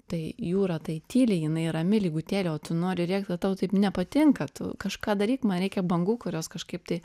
tai jūra tai tyli jinai rami lygutėlė o tu nori rėkt kad tau taip nepatinka tu kažką daryk man reikia bangų kurios kažkaip tai